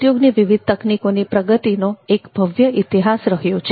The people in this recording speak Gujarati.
ઉદ્યોગની વિવિધ તકનીકોની પ્રગતિનો એક ભવ્ય ઇતિહાસ રહ્યો છે